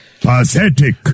Pathetic